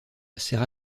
sert